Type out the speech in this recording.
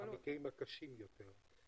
המקרים הקשים יותר.